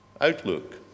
outlook